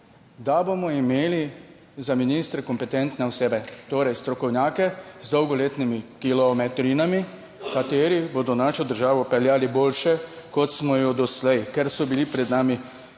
Da bomo imeli za ministre kompetentne osebe, torej strokovnjake z dolgoletnimi kilometrinami, kateri bodo našo državo peljali boljše, kot smo jo doslej, ker so bili pred nami